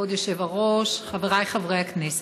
כבוד היושב-ראש, חבריי חברי הכנסת,